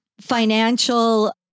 financial